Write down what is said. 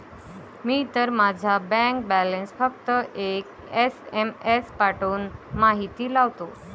मी तर माझा bank balance फक्त एक एस.एम.एस पाठवून माहिती लावतो